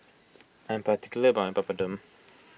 I am particular about Papadum